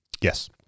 Yes